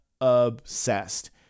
obsessed